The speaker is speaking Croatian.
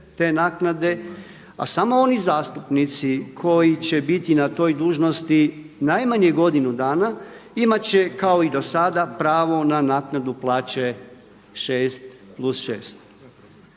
a samo oni zastupnici koji će biti na toj dužnosti najmanje godinu dana, imat će kao i do sada pravo na naknadu plaće šest plus